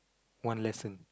one lesson